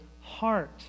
heart